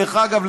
דרך אגב,